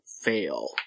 fail